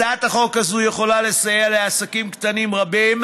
הצעת החוק הזו יכולה לסייע לעסקים קטנים רבים